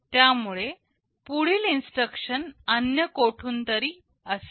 त्यामुळे पुढील इन्स्ट्रक्शन अन्य कोठून तरी असेल